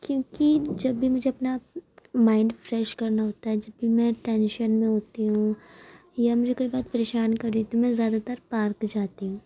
کیوںکہ جب بھی مجھے اپنے آپ مائنڈ فریش کرنا ہوتا ہے جب بھی میں ٹینشن میں ہوتی ہوں یا میری کوئی بات پریشان کر رہی تو میں زیادہ تر پارک جاتی ہوں